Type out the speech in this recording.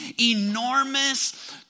enormous